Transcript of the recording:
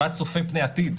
לא, מימד צופה פני עתיד.